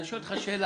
אני שואל אותך שאלה.